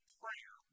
prayer